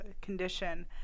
condition